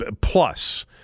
plus